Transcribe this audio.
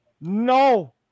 No